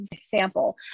sample